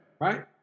Right